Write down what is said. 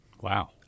Wow